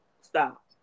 stop